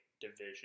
division